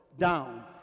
down